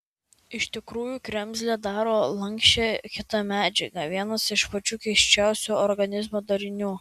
iš tikrųjų kremzlę daro lanksčią kita medžiaga vienas iš pačių keisčiausių organizmo darinių